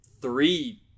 three